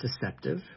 deceptive